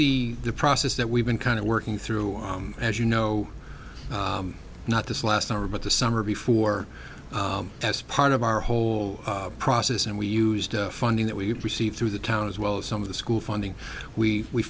the process that we've been kind of working through as you know not this last summer but the summer before that's part of our whole process and we used the funding that we received through the town as well as some of the school funding we